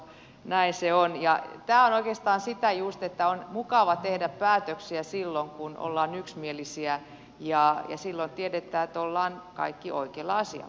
näin se on ja tämä on oikeastaan sitä juuri että on mukava tehdä päätöksiä silloin kun olemme yksimielisiä ja silloin tiedetään että olemme kaikki oikealla asialla